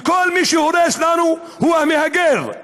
וכל מי שהורס לנו הוא המהגר,